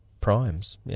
primes